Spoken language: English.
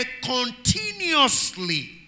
continuously